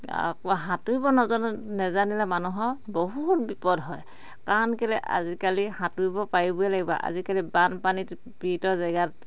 আকৌ সাঁতুৰিব নেজানিলে মানুহৰ বহুত বিপদ হয় কাৰণ কেলে আজিকালি সাঁতুৰিব পাৰিবই লাগিব আজিকালি বানপানীত জেগাত